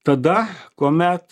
tada kuomet